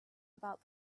about